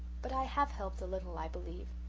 but i have helped a little, i believe,